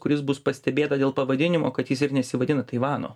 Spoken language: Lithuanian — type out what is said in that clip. kuris bus pastebėta dėl pavadinimo kad jis ir nesivadina taivano